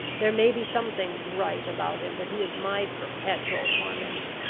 there may be some things right about him but he is my perpetual torment.